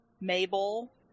Mabel